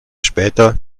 später